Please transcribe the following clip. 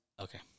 Okay